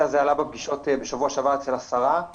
הזה עלה בפגישות בשבוע שעבר אצל השרה,